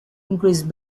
increase